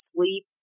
Sleep